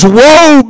woe